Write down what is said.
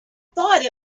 thought